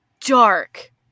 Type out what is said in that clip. dark